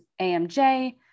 AMJ